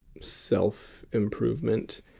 self-improvement